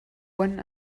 one